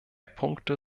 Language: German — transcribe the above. punkte